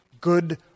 Good